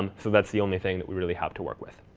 um so that's the only thing that we really have to work with.